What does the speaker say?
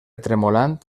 tremolant